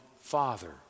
father